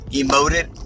emoted